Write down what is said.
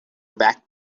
back